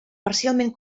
parcialment